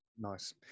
Nice